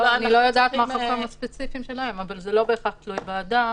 אני לא יודעת מה --- הספציפיים שלהם אבל זה לא בהכרח תלוי ועדה,